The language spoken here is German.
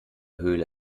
höhle